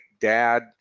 dad